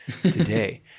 today